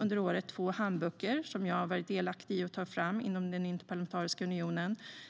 under året släppt två handböcker som jag har varit delaktig i att ta fram inom Interparlamentariska unionen.